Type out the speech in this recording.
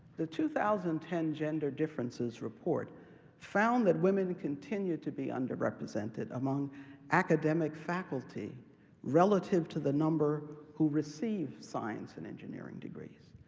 the two thousand and ten gender differences report found that women continue to be underrepresented among academic faculty relative to the number who receive science and engineering degrees,